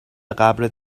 قبرت